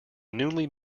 newly